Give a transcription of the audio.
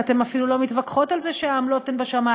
ואתן אפילו לא מתווכחות על זה שהעמלות הן בשמים.